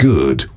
good